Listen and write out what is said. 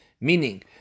meaning